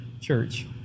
church